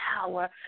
power